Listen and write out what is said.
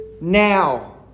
now